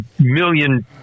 million